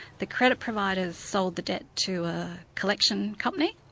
the credit providers sold the debt to a collection company.